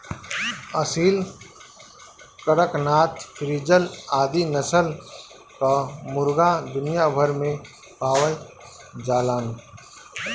Aseel, Kadaknath, frizzle आदि नस्ल कअ मुर्गा दुनिया भर में पावल जालन